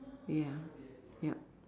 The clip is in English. ya yup